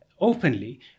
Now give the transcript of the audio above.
openly